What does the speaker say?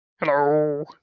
Hello